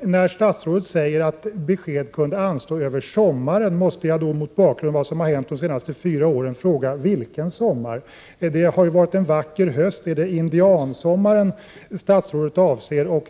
När statsrådet säger att besked ”kunde anstå över sommaren” måste jag — mot bakgrund av vad som har hänt under de senaste fyra åren — fråga: Vilken sommar? Det har ju varit en vacker höst — är det indiansommaren som statsrådet avser?